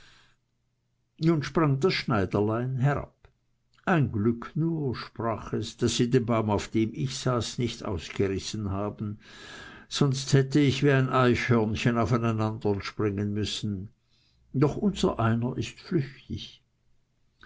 nun sprang das schneiderlein herab ein glück nur sprach es daß sie den baum auf dem ich saß nicht ausgerissen haben sonst hätte ich wie ein eichhörnchen auf einen andern springen müssen doch unsereiner ist flüchtig